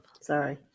sorry